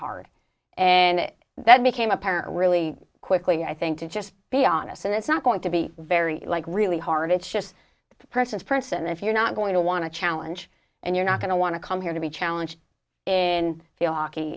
hard and it that became apparent really quickly i think to just be honest and it's not going to be very like really hard it's just the person's prints and if you're not going to want to challenge and you're not going to want to come here to be challenged in field hockey